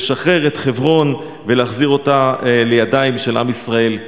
לשחרר את חברון ולהחזיר אותה לידיים של עם ישראל.